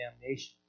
damnation